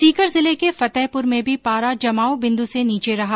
सीकर जिले के फतेहपुर में भी पारा जमाव बिन्दू से नीचे रहा